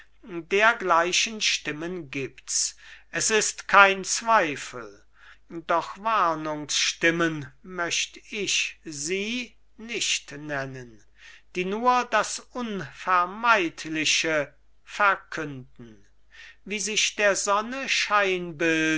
dergleichen stimmen gibts es ist kein zweifel doch warnungsstimmen möcht ich sie nicht nennen die nur das unvermeidliche verkünden wie sich der sonne scheinbild